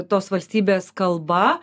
tos valstybės kalba